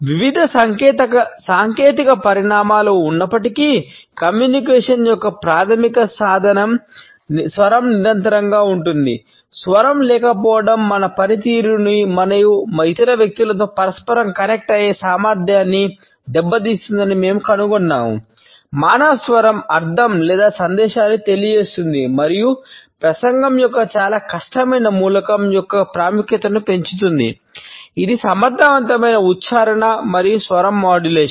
వివిధ సాంకేతిక పరిణామాలు ఉన్నప్పటికీ కమ్యూనికేషన్